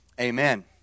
Amen